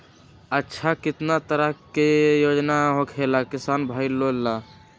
अच्छा कितना तरह के योजना होखेला किसान भाई लोग ला?